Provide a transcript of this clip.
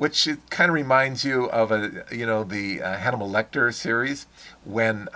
which kind of reminds you of you know the hannibal lector series when